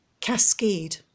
Cascade